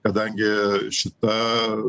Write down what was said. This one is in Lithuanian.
kadangi šita